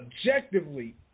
objectively